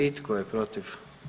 I tko je protiv?